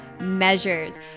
measures